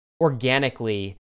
organically